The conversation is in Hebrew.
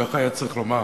כך היה צריך לומר.